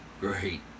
great